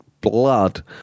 blood